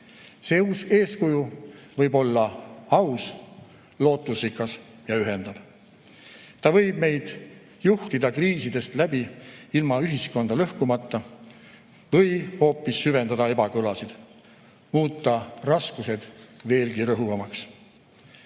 See eeskuju võib olla aus, lootusrikas ja ühendav. Ta võib meid juhtida kriisidest läbi ilma ühiskonda lõhkumata või hoopis süvendada ebakõlasid, muuta raskused veelgi rõhuvamaks.